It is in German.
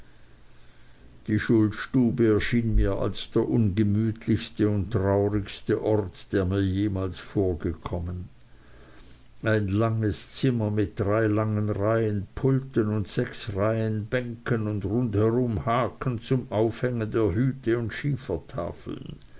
die schulstube erschien mir als der ungemütlichste und traurigste ort der mir jemals vorgekommen ein langes zimmer mit drei langen reihen pulten und sechs reihen bänken und rundherum haken zum aufhängen der hüte und schiefertafeln